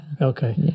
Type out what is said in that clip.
Okay